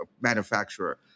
manufacturer